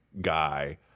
guy